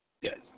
Yes